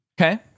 Okay